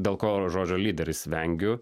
dėl ko žodžio lyderis vengiu